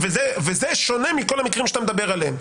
וזה שונה מכל המקרים שאתה מדבר עליהם,